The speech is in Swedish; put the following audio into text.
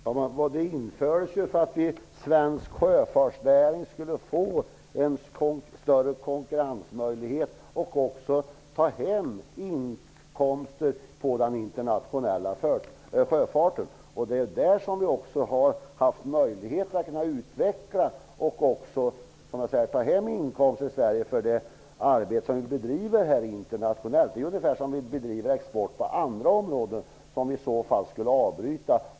Herr talman! Det infördes för att svensk sjöfartsnäring skulle få en större konkurrensmöjlighet och ta hem inkomster på den internationella sjöfarten. Det är där vi har haft möjligheter att utveckla och, som jag sade, ta hem till Sverige inkomster för det arbete vi bedriver internationellt. Det är ungefär som med export på andra områden, som vi i så fall skulle avbryta.